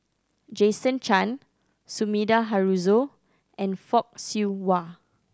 Jason Chan Sumida Haruzo and Fock Siew Wah